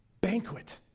banquet